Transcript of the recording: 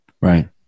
Right